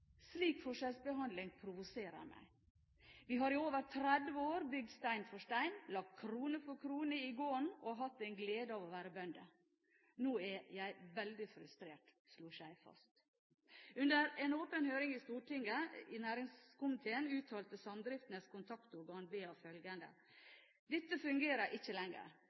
Slik forskjellsbehandling provoserer meg. Vi har i over 30 år bygd stein for stein og lagt krone for krone i gården, og hatt en glede av å være bønder. Nå er jeg veldig frustrert.» Under en åpen høring i Stortinget i næringskomiteen uttalte Samdriftenes Kontaktorgan BA følgende: «Dette fungerer ikke lenger!